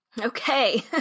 Okay